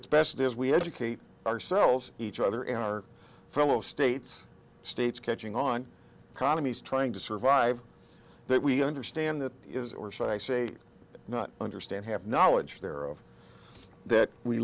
it's best as we educate ourselves each other and our fellow states states catching on colonies trying to survive that we understand that is or should i say not understand have knowledge there of that we